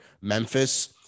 Memphis